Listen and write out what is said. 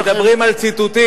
אם מדברים על ציטוטים,